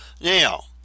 Now